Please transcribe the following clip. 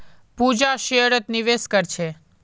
पूजा शेयरत निवेश कर छे